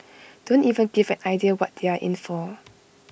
don't even give an idea what they are in for